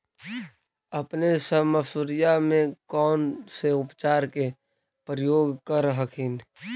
अपने सब मसुरिया मे कौन से उपचार के प्रयोग कर हखिन?